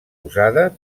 usada